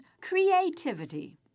creativity